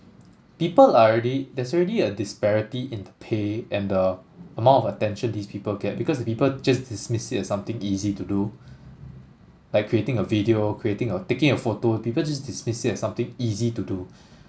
people are already there's already a disparity in the pay and the amount of attention these people get because the people just dismiss it as something easy to do like creating a video creating a taking a photo people just dismiss it as something easy to do